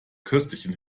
köstlichen